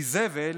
איזבל